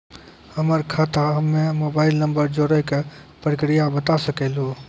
हमर खाता हम्मे मोबाइल नंबर जोड़े के प्रक्रिया बता सकें लू?